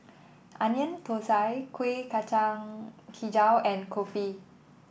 Onion Thosai Kueh Kacang hijau and Kopi